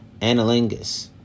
Analingus